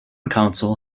council